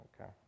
okay